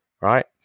Right